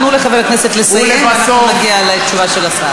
תנו לחבר הכנסת לסיים, אנחנו נגיע לתשובה של השר.